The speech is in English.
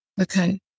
Okay